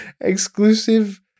exclusive